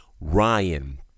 Ryan